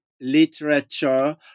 literature